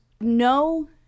no